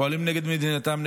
פועלים נגד מדינתם,